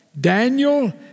Daniel